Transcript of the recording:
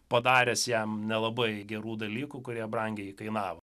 padaręs jam nelabai gerų dalykų kurie brangiai kainavo